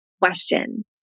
questions